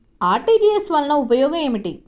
RTGS వలన ఉపయోగం ఏమిటీ?